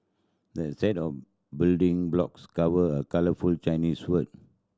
the set of building blocks covered a colourful Chinese word